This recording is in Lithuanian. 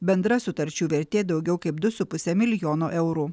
bendra sutarčių vertė daugiau kaip du su puse milijono eurų